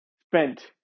spent